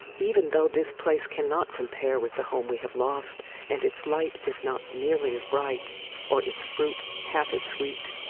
even though this place cannot compare with the home we have lost and its light is not nearly as bright or its fruit half as sweet,